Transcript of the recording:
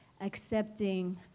accepting